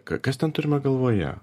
k kas ten turima galvoje